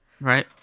Right